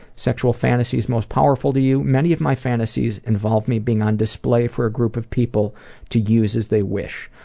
sexual fantasies most powerful to you many of my fantasies involve me being on display for a group of people to use as they wish.